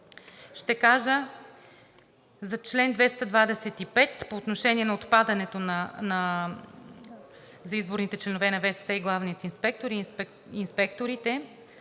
ще кажа за чл. 225 по отношение на отпадането за изборните членове на ВСС, главния инспектор и инспекторите.